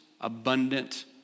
abundant